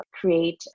create